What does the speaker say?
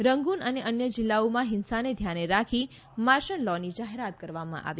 Rangoon અને અન્ય જિલ્લાઓમાં હિંસાને ધ્યાને રાખી માર્શન લોની જાહેરાત કરવામાં આવી છે